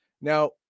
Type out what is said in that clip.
now